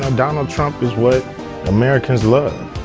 and donald trump is what americans love.